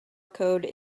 code